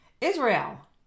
Israel